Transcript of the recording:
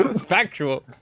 factual